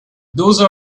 those